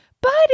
buddy